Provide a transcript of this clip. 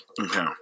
Okay